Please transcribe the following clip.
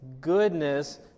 goodness